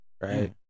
right